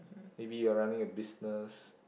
maybe you're running a business